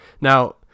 Now